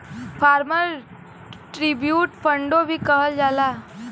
farmer tribute फ़ंडो भी कहल जाला